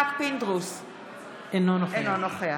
אינו נוכח